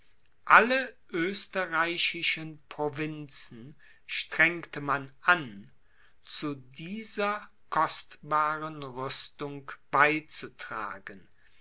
alle österreichischen provinzen strengte man an zu dieser kostbaren rüstung beizutragen